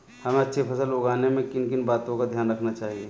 हमें अच्छी फसल उगाने में किन किन बातों का ध्यान रखना चाहिए?